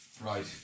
Right